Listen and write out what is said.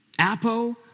apo